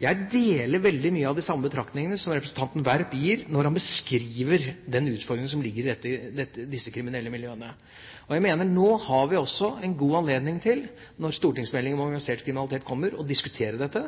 Jeg deler veldig mange av de betraktningene som representanten Werp gir når han beskriver utformingen av disse kriminelle miljøene. Jeg mener nå har vi også en god anledning når stortingsmeldingen om organisert kriminalitet kommer, til å diskutere dette.